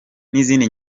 n’izindi